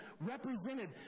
represented